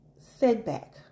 setback